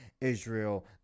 Israel